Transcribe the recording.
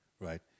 right